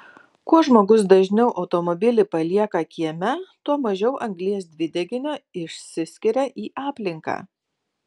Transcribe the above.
kuo žmogus dažniau automobilį palieka kieme tuo mažiau anglies dvideginio išsiskiria į aplinką